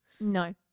No